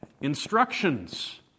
instructions